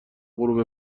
غروب